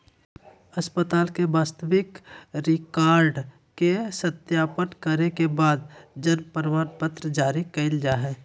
अस्पताल के वास्तविक रिकार्ड के सत्यापन करे के बाद जन्म प्रमाणपत्र जारी कइल जा हइ